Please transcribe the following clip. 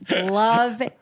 Love